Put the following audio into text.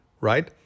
Right